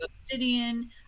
obsidian